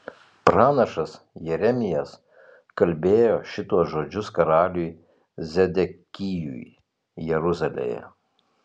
pranašas jeremijas kalbėjo šituos žodžius karaliui zedekijui jeruzalėje